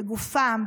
בגופם,